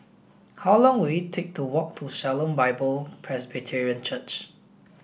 how long will it take to walk to Shalom Bible Presbyterian Church